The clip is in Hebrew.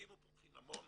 הקימו פה חינמון